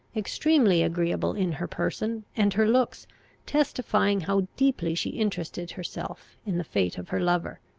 extremely agreeable in her person, and her looks testifying how deeply she interested herself in the fate of her lover.